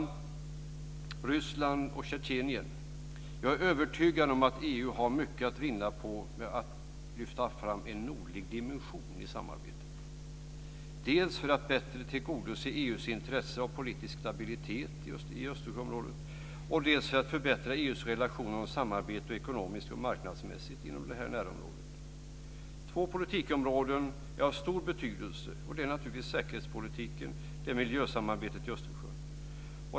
Vad gäller Ryssland och Tjetjenien är jag övertygad om att EU har mycket att vinna på att lyfta fram en nordlig dimension i samarbetet, dels för att tillgodose EU:s intresse av politisk stabilitet i Östersjöområdet, dels för att förbättra EU:s relation och samarbete ekonomiskt och marknadsmässigt inom detta närområde. Två politikområden är av stor betydelse, och det är naturligtvis säkerhetspolitiken och miljösamarbetet i Östersjön.